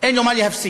אין לו מה להפסיד.